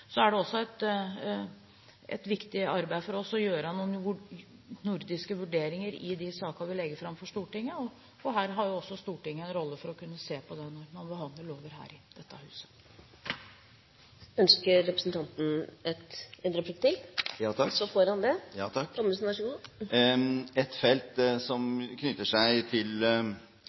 er også et viktig arbeid for oss å gjøre noen nordiske vurderinger i de sakene vi legger fram for Stortinget, og her har også Stortinget en rolle for å kunne se på det når man behandler lover her i dette huset. Ønsker representanten Thommessen en replikk til? Ja, takk.